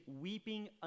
weeping